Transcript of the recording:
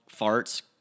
farts